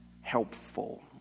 helpful